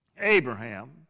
Abraham